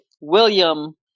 William